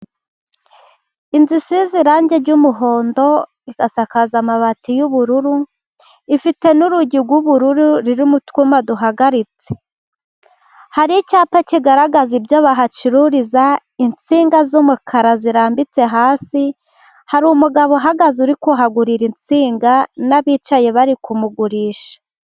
Inzu isize irangi ry'umuhondo igasakazwa amabati y'ubururu, ifite n'urugi rw'ubururu rurimo utwuma duhagaritse. Hari icyapa kigaragaza ibyo bahacururiza, insinga z'umukara zirambitse hasi, hari umugabo uhagaze uri kuhagurira insinga, n'abicaye bari kumugurisha.